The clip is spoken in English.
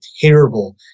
terrible